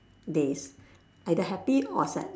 days either happy or sad